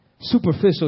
Superficial